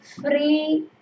Free